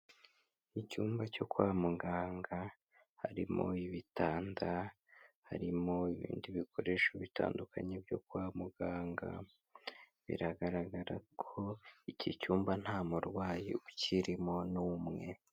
Icyumba cyo kwa muganga, harimo ibitanda, harimo ibindi bikoresho bitandukanye byo kwa muganga, biragaragara ko iki cyumba nta murwayi ukirimo n'umwe.